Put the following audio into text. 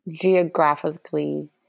geographically –